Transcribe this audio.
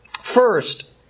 First